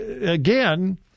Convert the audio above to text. Again